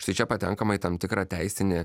štai čia patenkama į tam tikrą teisinį